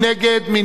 מי נמנע?